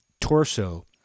torso